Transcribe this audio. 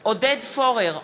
עודד פורר,